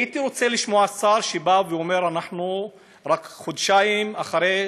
הייתי רוצה לשמוע שר שאומר, אנחנו רק חודשיים אחרי